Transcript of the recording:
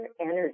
Energy